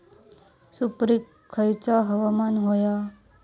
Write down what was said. सुपरिक खयचा हवामान होया?